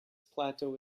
plateau